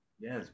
Yes